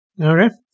Okay